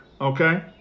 okay